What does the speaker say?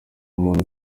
umuntu